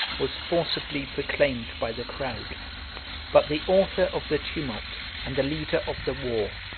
was forcibly proclaimed by the crowd but the author of the tumult, and the leader of the war,